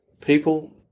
People